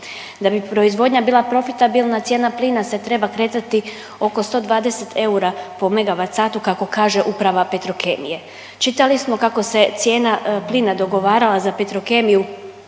Da bi proizvodnja bila profitabilna cijena plina se treba kretati oko 120 eura po megavat satu kako kaže uprava Petrokemije. Čitali smo kako se cijena plina dogovarala za Petrokemiju